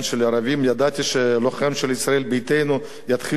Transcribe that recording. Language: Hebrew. ידעתי שהלוחם של ישראל ביתנו יתחיל להפריע,